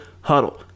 HUDDLE